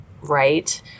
right